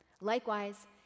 Likewise